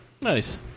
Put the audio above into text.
nice